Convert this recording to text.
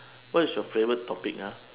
what is your favourite topic ah